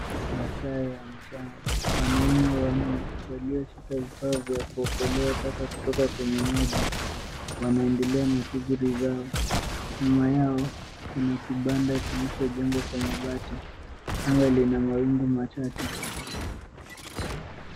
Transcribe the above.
Masaa ya mchana, wanaume wanne walioshika vifaa vya kuokotea taka kutoka kwenye maji wanaendelea na shuguli zao. Nyuma yao kuna kibanda kilichojengwa kwa mabati, anga lina mawingu machache.